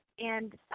and